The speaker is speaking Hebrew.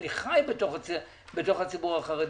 אני חי בתוך הציבור החרדי,